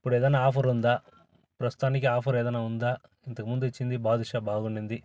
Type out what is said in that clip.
ఇప్పుడు ఏదైనా ఆఫర్ ఉందా ప్రస్తుతానికి ఆఫర్ ఏదైనా ఉందా ఇంతకు ముందు ఇచ్చింది బాదుషా బాగునింది